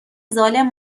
ظالم